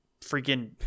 freaking